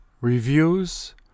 reviews